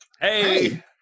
Hey